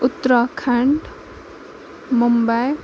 Uttarakhand Mumbai